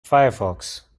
firefox